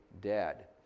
dead